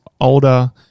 older